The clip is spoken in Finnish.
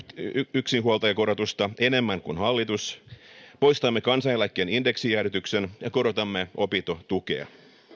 yksinhuoltajakorotusta enemmän kuin hallitus poistamme kansaneläkkeen indeksijäädytyksen ja korotamme opintotukea